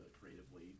creatively